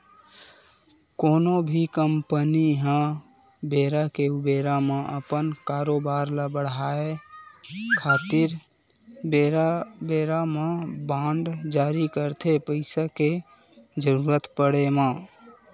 कोनो भी कंपनी ह बेरा के ऊबेरा म अपन कारोबार ल बड़हाय खातिर बेरा बेरा म बांड जारी करथे पइसा के जरुरत पड़े म